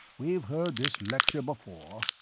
we've heard this lecture before.